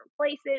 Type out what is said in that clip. places